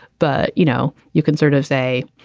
but, you know, you can sort of say,